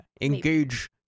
Engage